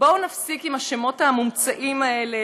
בואו נפסיק עם השמות המומצאים האלה,